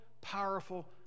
powerful